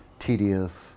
Tedious